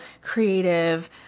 creative